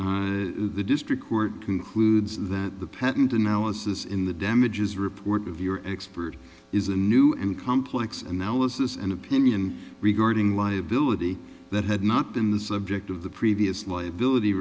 the district court concludes that the patent analysis in the damages report of your expert is a new and complex analysis and opinion regarding liability that had not been the subject of the previous liability